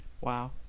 Wow